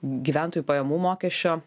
gyventojų pajamų mokesčio